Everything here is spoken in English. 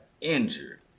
injured